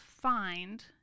find